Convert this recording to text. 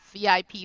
VIP